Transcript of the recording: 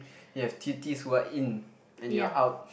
you have tutees who are in and you're out